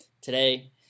today